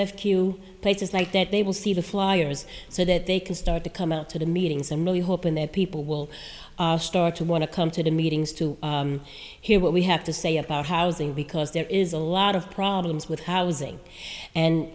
a few places like that they will see the flyers so that they can start to come out to the meetings and really hoping that people will are starting wanna come to the meetings to on he will we have to say about housing because there is a lot of problems with housing and